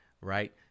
Right